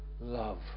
love